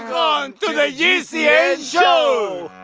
to the gcn show!